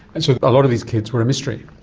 and so a lot of these kids were a mystery.